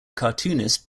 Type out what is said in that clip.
cartoonist